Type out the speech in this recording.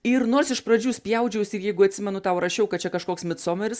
ir nors iš pradžių spjaudžiausi ir jeigu atsimenu tau rašiau kad čia kažkoks micomeris